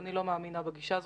אני לא מאמינה בגישה הזו,